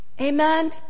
Amen